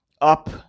up